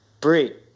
Bree